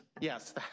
yes